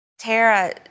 Tara